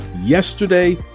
yesterday